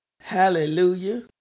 hallelujah